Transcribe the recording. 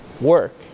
work